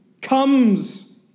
comes